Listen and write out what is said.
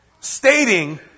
stating